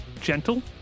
gentle